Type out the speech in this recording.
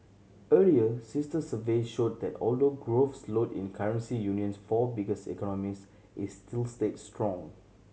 earlier sister surveys showed that although growth slowed in currency union's four biggest economies it still stayed strong